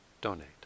donate